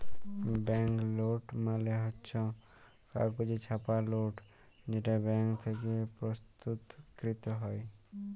bank note মালে হচ্ছ কাগজে ছাপা লোট যেটা ব্যাঙ্ক থেক্যে প্রস্তুতকৃত হ্যয়